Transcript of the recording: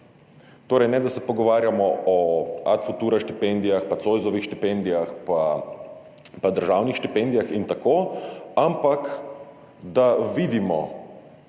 Torej ne da se pogovarjamo o Ad futura štipendijah, Zoisovih štipendijah, državnih štipendijah in tako, ampak da vidimo